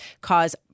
cause